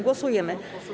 Głosujemy.